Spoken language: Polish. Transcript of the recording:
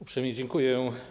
Uprzejmie dziękuję.